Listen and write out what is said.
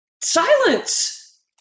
silence